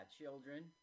children